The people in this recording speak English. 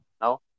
no